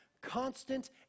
constant